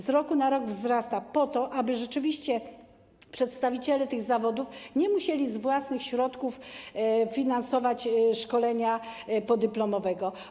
Z roku na rok to wzrasta, aby rzeczywiście przedstawiciele tych zawodów nie musieli z własnych środków finansować szkolenia podyplomowego.